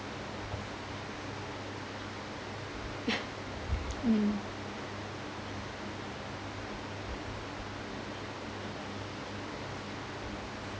mm